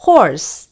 Horse